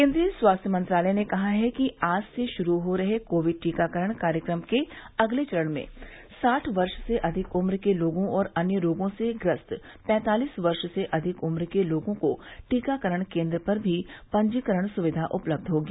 केन्द्रीय स्वास्थ्य मंत्रालय ने कहा है कि आज से शुरू हो रहे कोविड टीकाकरण कार्यक्रम के अगले चरण में साठ वर्ष से अधिक उम्र के लोगों और अन्य रोगों से ग्रस्त पेंतालिस वर्ष से अधिक उम्र के लोगों को टीकाकरण केन्द्र पर भी पंजीकरण सुविधा उपलब्ध होगी